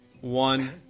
one